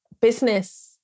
business